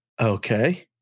Okay